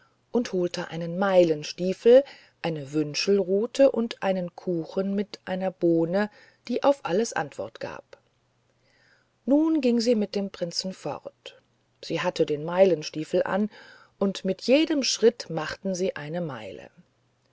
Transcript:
und holte einen meilenstiefel eine wünschelruthe und einen kuchen mit einer bohne die auf alles antwort gab nun ging sie mit dem prinzen fort sie hatten den meilenstiefel an und mit jedem schritt machten sie eine meile